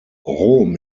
rom